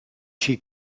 she